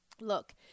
Look